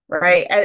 right